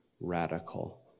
radical